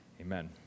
Amen